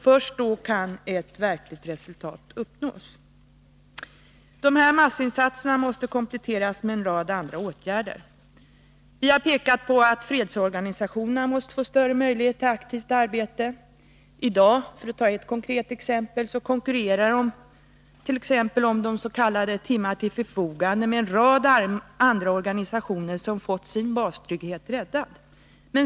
Först då kan ett verkligt resultat uppnås. Dessa massinsatser måste kompletteras med en rad andra åtgärder. Vi har pekat på att fredsorganisationerna måste få större möjlighet till aktivt arbete. Idag, för att ta ett konkret exempel, konkurrerar det.ex. timmar till förfogande med en rad andra organisationer som fått sin bastrygghet räddad.